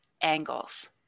angles